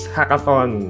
Hackathon